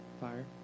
Fire